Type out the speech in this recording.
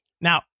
Now